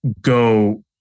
go